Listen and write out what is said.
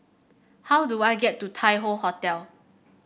how do I get to Tai Hoe Hotel